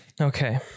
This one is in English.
Okay